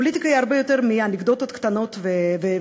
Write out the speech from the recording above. פוליטיקה היא הרבה יותר מאנקדוטות קטנות וקוריוזים